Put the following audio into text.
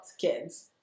kids